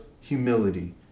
humility